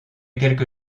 quelque